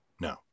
No